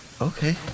okay